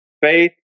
faith